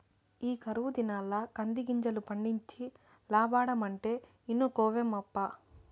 ఈ కరువు దినాల్ల కందిగింజలు పండించి లాబ్బడమంటే ఇనుకోవేమప్పా